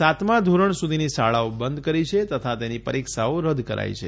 સાતમા ધોરણ સુધીની શાળાઓ બંધ કરી છે તથા તેની પરીક્ષાઓ રદ કરાઇ છે